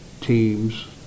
teams